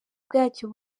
bwacyo